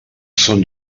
són